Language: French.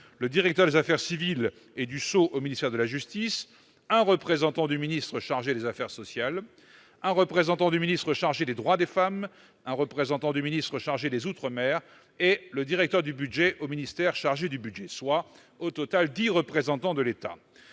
le directeur des affaires civiles et du sceau au ministère de la justice, un représentant du ministre chargé des affaires sociales, un représentant du ministre chargé des droits des femmes, un représentant du ministre chargé des outre-mer et le directeur du budget, soit, au total, dix représentants de l'État.